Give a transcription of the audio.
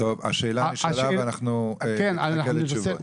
השאלה נשאלה, ואנחנו נחכה לתשובות.